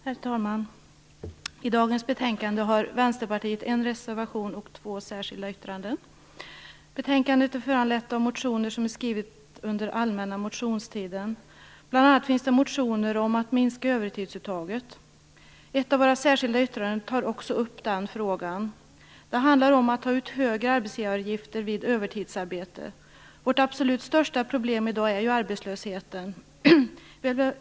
Herr talman! I dagens betänkande har Vänsterpartiet en reservation och två särskilda yttranden. Betänkandet är föranlett av motioner väckta under allmänna motionstiden. Bl.a. finns det motioner om att minska övertidsuttaget. Ett av våra särskilda yttranden tar också upp den frågan. Det handlar om att ta ut högre arbetsgivaravgifter vid övertidsarbete. Vårt absolut största problem i dag är ju arbetslösheten.